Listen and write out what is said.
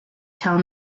tell